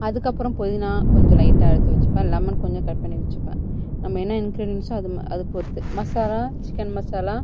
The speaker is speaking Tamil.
அதுக்கப்புறம் புதினா கொஞ்சம் லைட்டாக எடுத்து வச்சுப்பேன் லெமன் கொஞ்சம் கட் பண்ணி வச்சுப்பேன் நம்ம என்ன இன்க்ரீடியன்ஸோ அது அதை பொறுத்து மசாலா சிக்கன் மசாலா